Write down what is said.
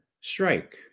strike